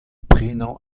prenañ